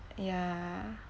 ya